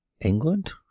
England